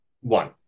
one